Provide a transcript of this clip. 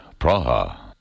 Praha